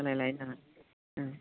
सोलायलाय नाङा